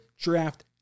draft